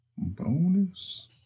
Bonus